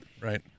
Right